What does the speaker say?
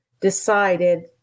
decided